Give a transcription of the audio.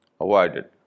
avoided